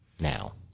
now